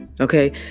Okay